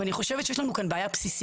אני חושבת שיש לנו כאן בעיה בסיסית,